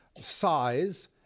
size